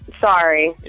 Sorry